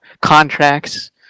contracts